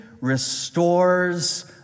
restores